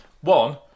one